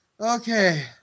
Okay